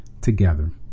together